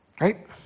Right